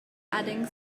adding